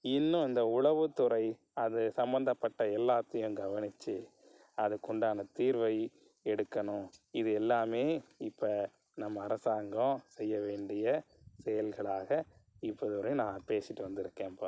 இன்னும் இந்த உளவுத்துறை அது சம்மந்தப்பட்ட எல்லாத்தையும் கவனித்து அதுக்கு உண்டான தீர்வை எடுக்கணும் இது எல்லாமே இப்போ நம்ம அரசாங்கம் செய்யவேண்டிய செயல்களாக இப்போ வரையும் நான் பேசிட்டு வந்துருக்கேன்ப்பா